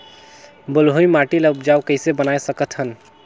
बलुही माटी ल उपजाऊ कइसे बनाय सकत हन?